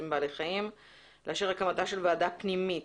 בבעלי חיים לאשר הקמה של ועדה פנימית,